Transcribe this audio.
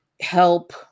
help